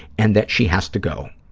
and that she has to go.